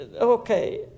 okay